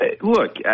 Look